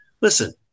listen